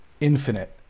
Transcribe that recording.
infinite